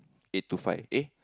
eight to five eh